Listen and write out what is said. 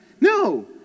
No